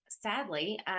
Sadly